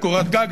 לקורת גג,